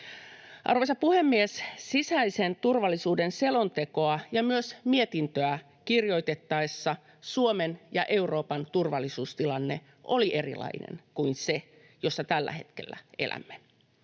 Arvoisa puhemies! Sisäisen turvallisuuden selontekoa ja myös mietintöä kirjoitettaessa Suomen ja Euroopan turvallisuustilanne oli erilainen kuin se, missä tällä hetkellä elämme.